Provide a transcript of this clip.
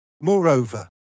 Moreover